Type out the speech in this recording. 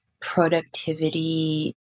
productivity